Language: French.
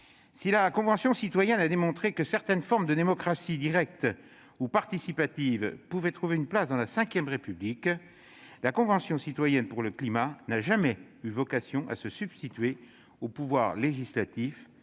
si la Convention citoyenne a démontré que certaines formes de démocratie directe ou participative pouvaient trouver une place dans la V République, elle n'a jamais eu vocation à se substituer au pouvoir législatif.